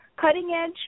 cutting-edge